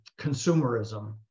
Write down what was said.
consumerism